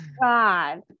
God